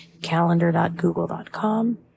Calendar.google.com